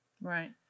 Right